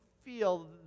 feel